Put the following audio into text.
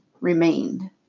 remained